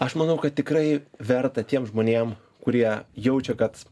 aš manau kad tikrai verta tiem žmonėm kurie jaučia kad